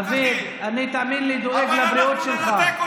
דוד, אני, תאמין לי, דואג לבריאות שלך.